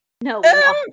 No